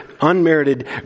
unmerited